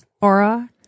aura